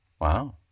Wow